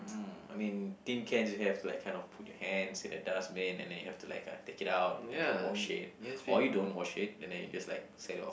mm I mean tin can is have to kind of put your hands in a dustbin and then you have to like a take it out and then wash it or you don't wash it and then you just like sell it off